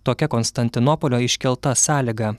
tokia konstantinopolio iškelta sąlyga